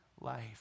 life